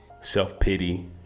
self-pity